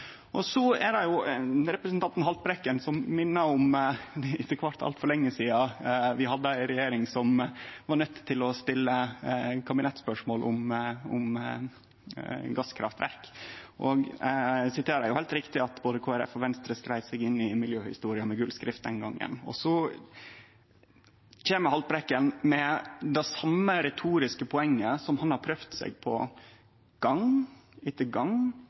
Representanten Haltbrekken minte om at vi hadde ei regjering som var nøydd til å stille kabinettsspørsmål om gasskraftverk. Det er heilt riktig at både Kristeleg Folkeparti og Venstre skreiv seg inn i miljøhistoria med gullskrift den gongen, og så kjem Haltbrekken med det same retoriske poenget som han har prøvd seg på gong etter